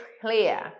clear